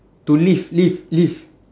to live live live